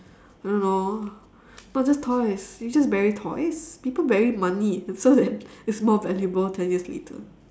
I don't know not just toys you just bury toys people bury money and so that it's more valuable ten years later